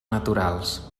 naturals